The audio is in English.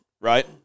right